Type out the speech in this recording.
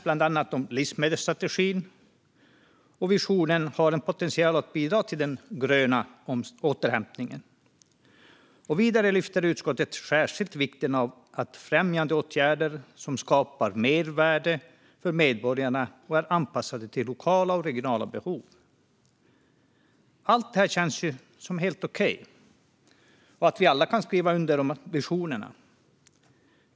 Bland annat nämns livsmedelsstrategin och att visionen har potential att bidra till den gröna återhämtningen. Vidare lyfter utskottet särskilt vikten av främjandeåtgärder som skapar mervärde för medborgarna och är anpassade till lokala och regionala behov. Allt detta känns ju helt okej, och vi kan alla skriva under på visionerna.